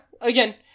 again